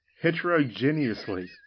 heterogeneously